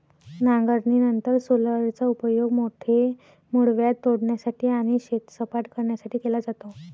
नांगरणीनंतर रोलरचा उपयोग मोठे मूळव्याध तोडण्यासाठी आणि शेत सपाट करण्यासाठी केला जातो